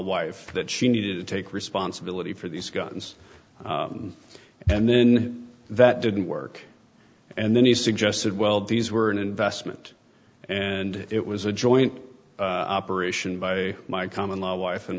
wife that she needed to take responsibility for these guns and then that didn't work and then he suggested well these were an investment and it was a joint operation by my common law wife and